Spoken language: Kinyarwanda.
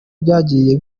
byagiye